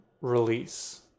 release